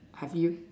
have you